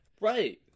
Right